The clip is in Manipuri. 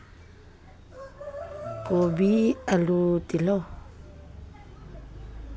ꯀꯣꯕꯤ ꯑꯂꯨ ꯇꯤꯜꯍꯧ